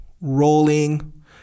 rolling